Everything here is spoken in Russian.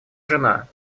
жена